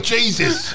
Jesus